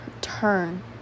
turn